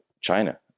China